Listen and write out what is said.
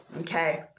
okay